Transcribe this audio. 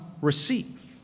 receive